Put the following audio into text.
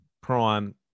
prime